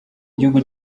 igihugu